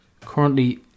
currently